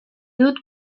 dut